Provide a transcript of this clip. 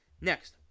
next